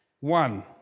One